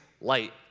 light